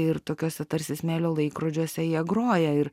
ir tokiuose tarsi smėlio laikrodžiuose jie groja ir